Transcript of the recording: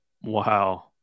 Wow